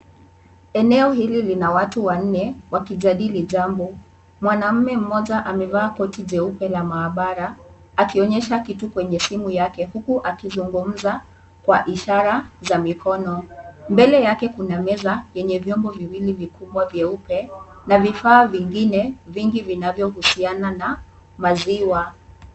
Eneo hili lina watu wanne wakijadili jambo. Mwanaume mmoja amevaa koti jeupe la maabara akionyesha kitu kwenye simu yake huku akizungumza kwa ishara za mikono. Mbele yake kuna meza yenye vyombo viwili vikubwa vyeupe na vifaa vingine vingi vinavyohusiana na maziwa.